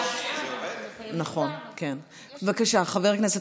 הכנסת עופר כסיף.